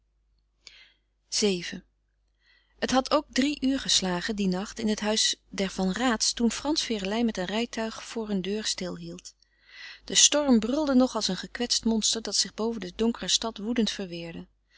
vii het had ook drie uur geslagen dien nacht in het huis der van raats toen frans ferelijn met een rijtuig voor hun deur stilhield de storm brulde nog als een gekwetst monster dat zich boven de donkere stad woedend